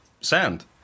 sand